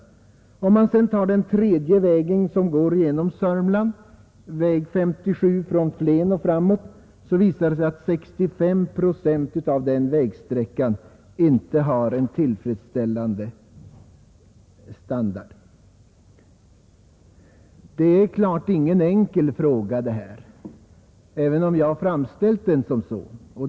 Om man sedan tar den tredje vägen, som går genom Södermanland, väg 57 från Flen och framåt, visar det sig att 65 procent av den vägsträckan inte har tillfredsställande standard. Det är klart att detta inte är någon enkel fråga, även om jag framställt den i den formen.